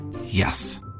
yes